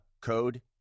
code